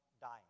dying